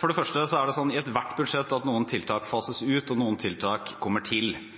For det første er det slik i ethvert budsjett at noen tiltak fases ut, og noen tiltak kommer til.